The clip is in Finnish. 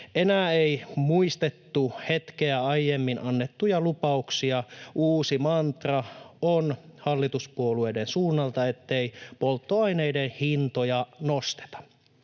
Enää ei muistettu hetkeä aiemmin annettuja lupauksia. Uusi mantra hallituspuolueiden suunnalta on, ettei polttoaineiden hintoja nosteta